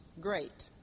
great